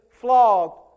flogged